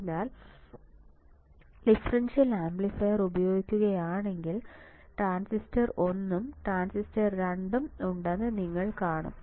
അതിനാൽ differential amplifier ഉപയോഗിക്കുകയാണെങ്കിൽ transistor ഒന്നും ട്രാൻസിസ്റ്റർ രണ്ടും ഉണ്ടെന്ന് നിങ്ങൾ കാണും